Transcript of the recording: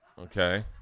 Okay